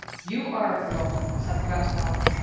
you are a girl, said grandfather.